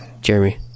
Jeremy